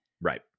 right